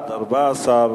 חוק האזרחים הוותיקים (תיקון מס' 9),